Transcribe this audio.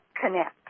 connect